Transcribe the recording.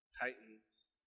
Titans